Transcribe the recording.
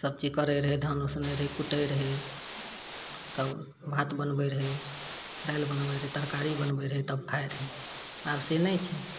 सभचीज करै रहै धान उसनै रहै कुटै रहै तब भात बनबै रहै दालि बनबै रहै तरकारी बनबै रहै तब खाय रहै आब से नहि छै